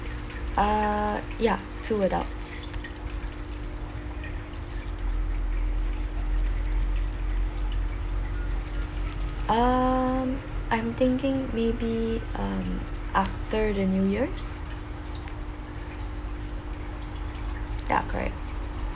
err ya two adults um I'm thinking maybe um after the new years ya correct